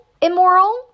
immoral